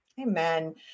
Amen